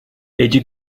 эти